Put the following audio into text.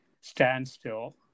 standstill